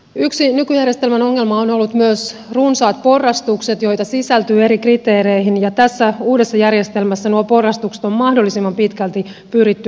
yksi nykyjärjestelmän ongelma on ollut myös runsaat porrastukset joita sisältyy eri kriteereihin ja tässä uudessa järjestelmässä nuo porrastukset on mahdollisimman pitkälti pyritty poistamaan